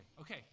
okay